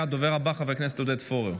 והדובר הבא, חבר הכנסת עודד פורר.